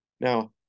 Now